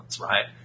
right